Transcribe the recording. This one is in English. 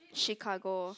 Chicago